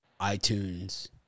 iTunes